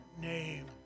name